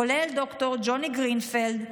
כולל ד"ר ג'וני גרינפלד,